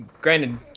granted